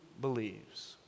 believes